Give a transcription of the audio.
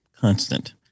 constant